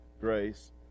Grace